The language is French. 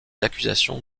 accusations